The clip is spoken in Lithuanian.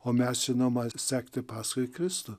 o mes žinoma sekti paskui kristų